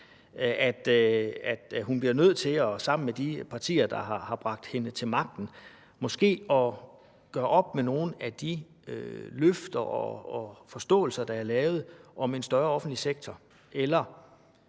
at hun bliver nødt til sammen med de partier, der har bragt hende til magten, at gøre op med nogle af de løfter og forståelser, der er lavet, om en større offentlig sektor,